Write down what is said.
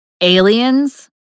Aliens